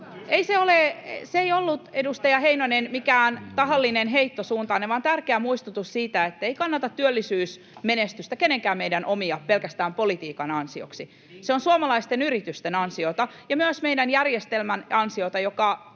Se ei ollut, edustaja Heinonen, mikään tahallinen heitto suuntaanne, vaan tärkeä muistutus siitä, ettei kannata työllisyysmenestystä kenenkään meistä omia pelkästään politiikan ansioksi. [Timo Heinonen: Niinkö tein?] Se on suomalaisten yritysten ansiota ja myös meidän järjestelmän ansiota, joka